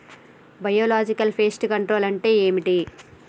Biological pest control అంటే ఏమిటి?